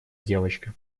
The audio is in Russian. девочка